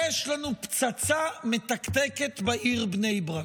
יש לנו פצצה מתקתקת בעיר בני ברק.